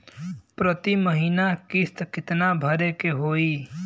प्रति महीना किस्त कितना भरे के होई?